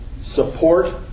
support